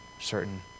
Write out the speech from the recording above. certain